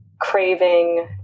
craving